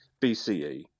BCE